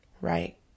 right